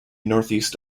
northeast